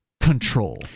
control